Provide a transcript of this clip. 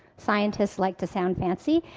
scientists like to sound fancy.